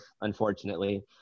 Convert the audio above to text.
unfortunately